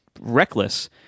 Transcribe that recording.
reckless